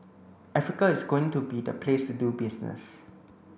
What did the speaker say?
Africa is going to be the place to do business